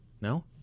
No